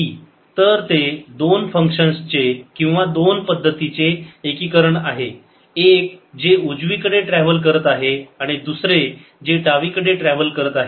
A2i ei πxLωt A2i ei πxLωt तर ते 2 functions चे किंवा 2 पद्धतीचे एकीकरण आहे एक जे उजवीकडे ट्रॅव्हल करत आहे आणि दुसरे जे डावीकडे ट्रॅव्हल करत आहे